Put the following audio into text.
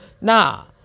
nah